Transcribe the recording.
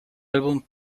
álbum